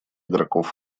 игроков